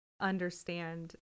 understand